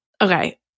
Okay